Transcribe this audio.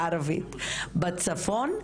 בצפון,